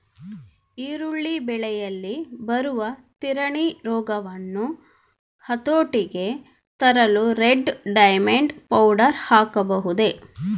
ಈರುಳ್ಳಿ ಬೆಳೆಯಲ್ಲಿ ಬರುವ ತಿರಣಿ ರೋಗವನ್ನು ಹತೋಟಿಗೆ ತರಲು ರೆಡ್ ಡೈಮಂಡ್ ಪೌಡರ್ ಹಾಕಬಹುದೇ?